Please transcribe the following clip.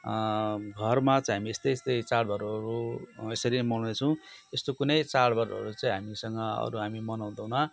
घरमा चाहिँ हामी यस्तै यस्तै चाडबाडहरू यसरी मनाउनेछौँ यस्तो कुनै चाडबाडहरू चाहिँ हामीसँग अरू हामी मनाउँदैन